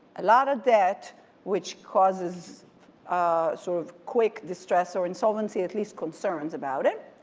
a lot of debt which causes sort of quick distress or insolvency at least concerns about it,